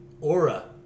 aura